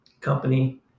company